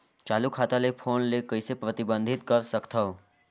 चालू खाता ले फोन ले कइसे प्रतिबंधित कर सकथव?